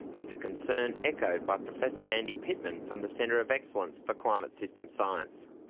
it's a concern echoed by professor andy pitman from the centre of excellence for climate system science.